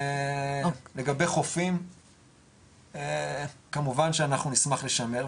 לגבי חופים כמובן שאנחנו נשמח לשמר,